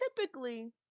typically –